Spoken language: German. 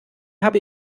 habe